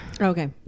okay